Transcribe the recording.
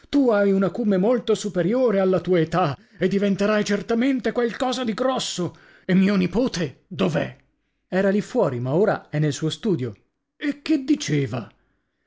tu hai un acume molto superiore alla tua età e diventerai certamente qualcosa di grosso e mio nipote dov'è era lì fuori ma ora è nel suo studio e che diceva